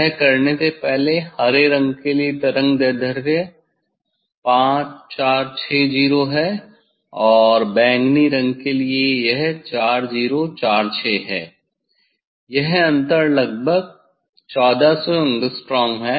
यह करने से पहले हरे रंग के लिए तरंगदैर्ध्य 5460 है और बैंगनी रंग के लिए 4046 है यह अंतर लगभग 1400 Å एंगस्ट्रॉम है